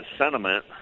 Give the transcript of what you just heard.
sentiment